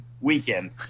weekend